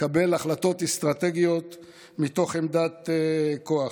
לקבל החלטות אסטרטגיות מתוך עמדת כוח.